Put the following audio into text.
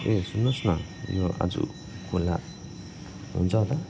ए सुन्नुहोस् न यो आज यो खुल्ला हुन्छ होला